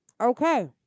Okay